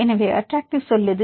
எனவே அட்டராக்ட்டிவ் சொல் எது